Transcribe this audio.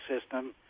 system